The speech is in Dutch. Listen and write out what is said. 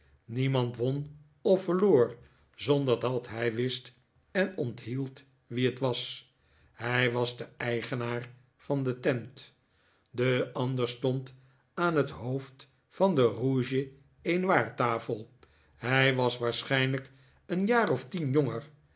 niemand won of verloor zonder dat hij wist en onthield wie het was hij was de eigenaar van de tent de ander stond aan het hoofd van de rouge et noirtafel hij was waarschijnlijk een jaar of tien jonger